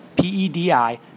P-E-D-I